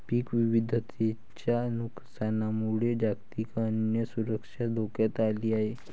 पीक विविधतेच्या नुकसानामुळे जागतिक अन्न सुरक्षा धोक्यात आली आहे